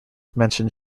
mentioned